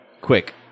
quick